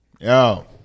Yo